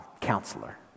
counselor